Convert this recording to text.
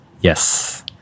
yes